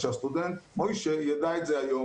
אז שהסטודנט משה יידע את זה היום